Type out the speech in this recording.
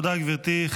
תודה, גברתי.